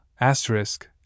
asterisk